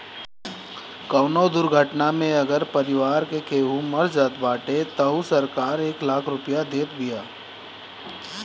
कवनो दुर्घटना में अगर परिवार के केहू मर जात बाटे तअ सरकार एक लाख रुपिया देत बिया